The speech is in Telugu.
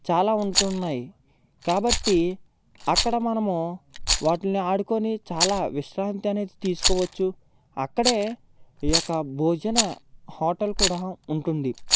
చాలా ఉంటు ఉన్నాయి కాబట్టి అక్కడ మనము వాటిని ఆడుకొని చాలా విశ్రాంతి అనేది తీసుకోవచ్చు అక్కడ ఈ యొక్క బోజన హోటల్ కూడా ఉంటుంది